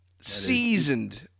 seasoned